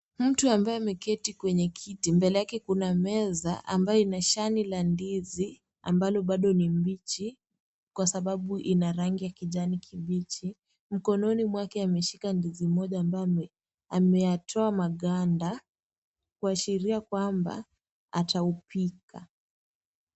Mtu ambaye ameketi kwenye kiti mbele yake kuna meza ambayo ina shani la ndizi ambalo bado ni mbichi kwa sababu ina rangi ya kijani kibichi mkononi mwake ameshida ndizi moja ambayo ameyatoa maganda kuashiria kwamba ataupika.